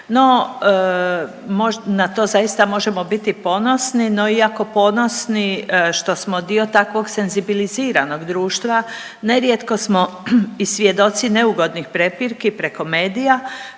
na to zaista možemo biti ponosni, no iako ponosni što smo dio takvog senzibiliziranog društva nerijetko smo i svjedoci neugodnih prepirki preko medija